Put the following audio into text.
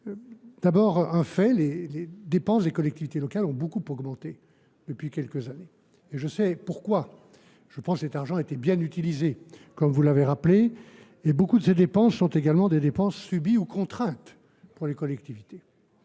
D’abord, un fait : les dépenses des collectivités locales ont beaucoup augmenté depuis quelques années. Et je sais pourquoi. Je pense que cet argent a été bien utilisé, comme vous l’avez indiqué vous même, et que beaucoup de ces dépenses sont des dépenses subies ou contraintes en raison,